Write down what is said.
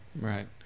right